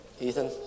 Ethan